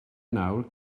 nawr